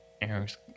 Eric's